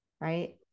right